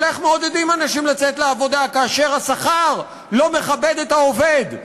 אבל איך מעודדים אנשים לצאת לעבודה כאשר השכר לא מכבד את העובד,